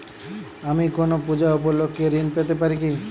আমি কোনো পূজা উপলক্ষ্যে ঋন পেতে পারি কি?